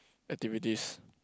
activities